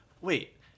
wait